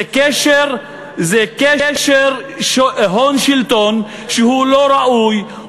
זה קשר הון-שלטון שהוא לא ראוי,